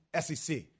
SEC